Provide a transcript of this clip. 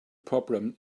problem